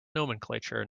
nomenclature